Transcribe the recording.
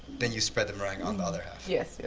then you spread the meringue on the other half? yes. yeah